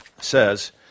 says